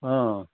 অঁ